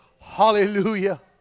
hallelujah